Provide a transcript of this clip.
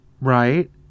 Right